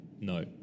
No